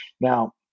Now